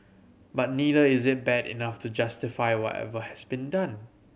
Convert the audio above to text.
but neither is it bad enough to justify whatever has been done